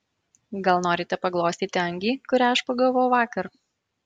gal norite paglostyti angį kurią aš pagavau vakar